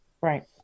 Right